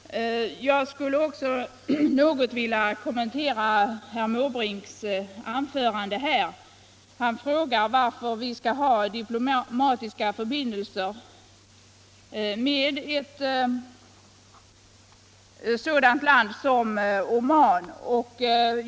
Jag skulle också något vilja kommentera herr Måbrinks anförande här. Herr Måbrink frågar varför vi skall ha diplomatiska förbindelser med ett sådant land som Oman.